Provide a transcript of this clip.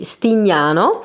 Stignano